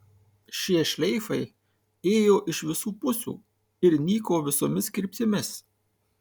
šie šleifai ėjo iš visų pusių ir nyko visomis kryptimis